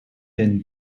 den